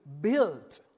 built